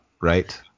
right